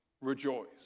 rejoice